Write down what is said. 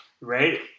right